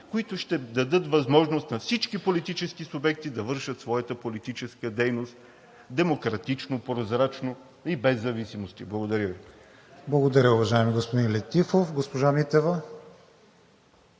които ще дадат възможност на всички политически субекти да вършат своята политическа дейност демократично, прозрачно и без зависимости? Благодаря Ви. ПРЕДСЕДАТЕЛ КРИСТИАН ВИГЕНИН: Благодаря, уважаеми господин Летифов. Госпожа Митева.